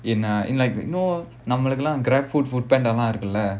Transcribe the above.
in a in like you know நம்மளுக்கெல்லாம்:nammalukellaam Grabfood Foodpanda இருக்கும்ல:irukkumla